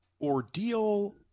ordeal